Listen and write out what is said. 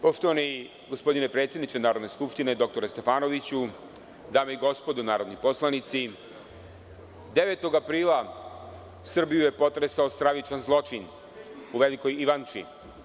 Poštovani gospodine predsedniče Narodne skupštine, dr Stefanoviću, dame i gospodo narodni poslanici, 9. aprila Srbiju je potresao stravičan zločin u Velikoj Ivanči.